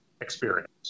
experience